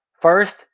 First